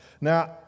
Now